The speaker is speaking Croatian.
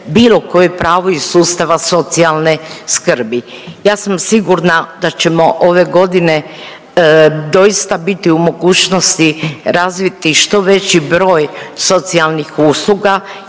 bilo koje pravo iz sustava socijalne skrbi. Ja sam sigurna da ćemo ove godine doista biti u mogućnosti razviti što veći broj socijalnih usluga